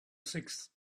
sixth